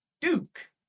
Duke